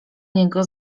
niego